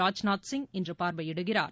ராஜ்நாத் சிங் இன்று பார்வையிடுகிறார்